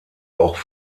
auch